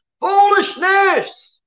foolishness